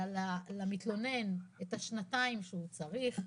למתלונן, את השנתיים שהוא צריך.